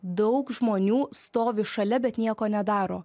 daug žmonių stovi šalia bet nieko nedaro